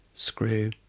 Screw